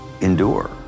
endure